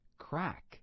Crack